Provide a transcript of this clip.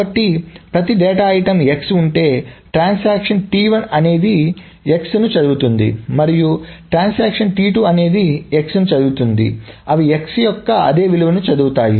కాబట్టి ప్రతి data item x ఉంటే ట్రాన్సాక్షన్ అనేది x ను చదువుతుంది మరియు ట్రాన్సాక్షన్ అనేది x ను చదువుతుంది అవి x యొక్క అదే విలువను చదువుతాయి